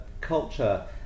culture